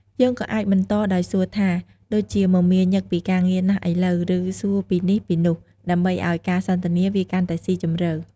យើងក៏អាចបន្តដោយសួរថា "ដូចជាមមាញឹកពីការងារណាស់ឥឡូវ?" ឬ "សួរពីនេះ ពីនោះ" ដើម្បីអោយការសន្ទនាវាកាន់តែស៊ីជម្រៅ។